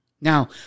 Now